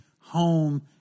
home